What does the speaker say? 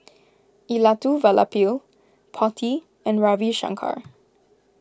Elattuvalapil Potti and Ravi Shankar